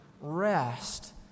rest